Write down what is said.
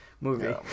movie